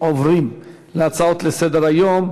עוברים להצעות לסדר-היום.